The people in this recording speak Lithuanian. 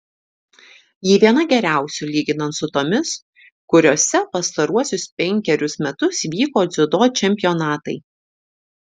ji viena geriausių lyginant su tomis kuriose pastaruosius penkerius metus vyko dziudo čempionatai